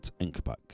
Inkback